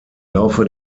laufe